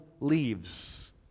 leaves